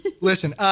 Listen